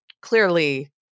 clearly